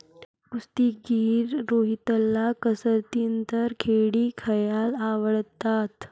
कुस्तीगीर रोहितला कसरतीनंतर केळी खायला आवडतात